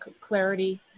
clarity